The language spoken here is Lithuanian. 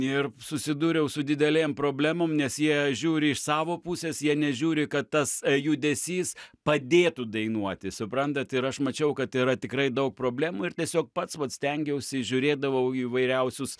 ir susidūriau su didelėm problemom nes jie žiūri iš savo pusės jie nežiūri kad tas judesys padėtų dainuoti suprantat ir aš mačiau kad yra tikrai daug problemų ir tiesiog pats vat stengiausi žiūrėdavau įvairiausius